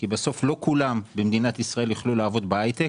בסוף לא כולם במדינת ישראל יוכלו לעבוד בהייטק